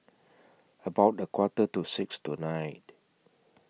about A Quarter to six tonight